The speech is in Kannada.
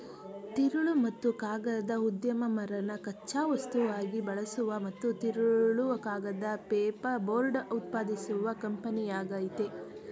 ತಿರುಳು ಮತ್ತು ಕಾಗದ ಉದ್ಯಮ ಮರನ ಕಚ್ಚಾ ವಸ್ತುವಾಗಿ ಬಳಸುವ ಮತ್ತು ತಿರುಳು ಕಾಗದ ಪೇಪರ್ಬೋರ್ಡ್ ಉತ್ಪಾದಿಸುವ ಕಂಪನಿಯಾಗಯ್ತೆ